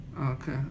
okay